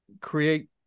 create